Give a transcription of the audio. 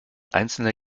einzelne